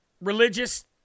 religious